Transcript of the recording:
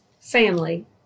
family